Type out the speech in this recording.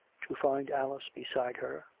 to find alice beside her,